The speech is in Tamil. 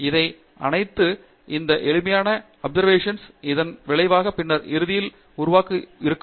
எனவே இவை அனைத்தும் இந்த எளிமையான அப்சர்வேஷன்களாகும் இதன் விளைவாக பின்னர் இறுதியில் உருவாக்க உதவியாக இருக்கும்